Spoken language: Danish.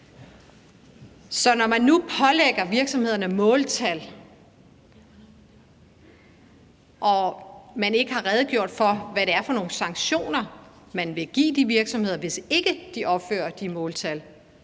Når man nu pålægger virksomhederne måltal og man ikke har redegjort for, hvad det er for nogle sanktioner, man vil give de virksomheder, hvis ikke de opfører de måltal,